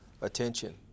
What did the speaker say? attention